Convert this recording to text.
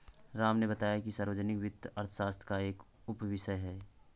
राम ने बताया कि सार्वजनिक वित्त अर्थशास्त्र का एक उपविषय है